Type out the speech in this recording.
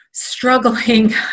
Struggling